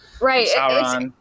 Right